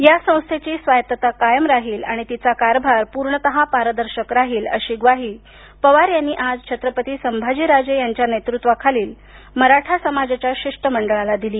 या संस्थेची स्वायत्तता कायम राहील आणि तिचा कारभार पुर्णतः पारदर्शक राहील अशी ग्वाही पवार यांनी आज छत्रपती संभाजीराजे यांच्या नेतृत्वाखालील मराठा समाजाच्या शिष्टमंडळाला दिली